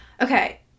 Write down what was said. okay